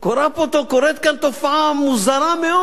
קורית כאן תופעה מוזרה מאוד: